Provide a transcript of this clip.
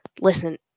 listen